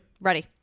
Ready